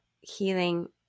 healing